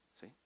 See